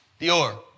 Dior